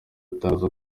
atangaza